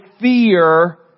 fear